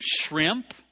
Shrimp